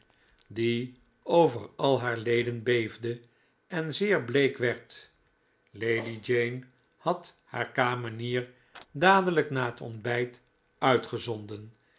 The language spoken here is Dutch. die over al haar leden beefde en zeer bleek werd lady jane had haar kamenier dadelijk na het ontbijt uitgezonden